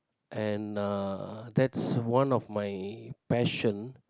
and uh that's one of my passion